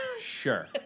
Sure